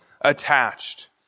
attached